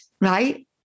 right